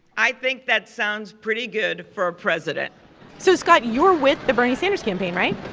i think that sounds pretty good for a president so, scott, you're with the bernie sanders campaign, right?